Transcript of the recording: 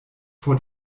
vor